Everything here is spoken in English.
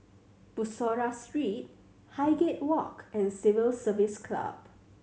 Bussorah Street Highgate Walk and Civil Service Club